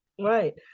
right